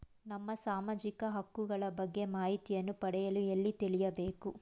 ನಮ್ಮ ಸಾಮಾಜಿಕ ಹಕ್ಕುಗಳ ಬಗ್ಗೆ ಮಾಹಿತಿಯನ್ನು ಪಡೆಯಲು ಎಲ್ಲಿ ತಿಳಿಯಬೇಕು?